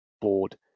board